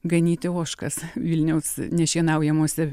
ganyti ožkas vilniaus nešienaujamose